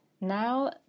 Now